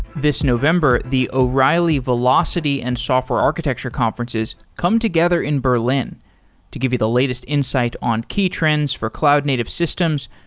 this november, the o'reilly velocity and software architecture conferences come together in berlin to give you the latest insight on key trends for cloud native systems,